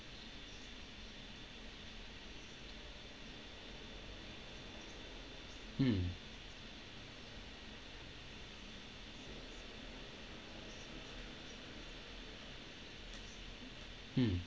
mm mm